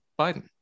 Biden